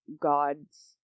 gods